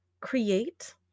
create